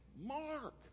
Mark